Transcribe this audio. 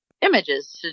images